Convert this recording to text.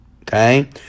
okay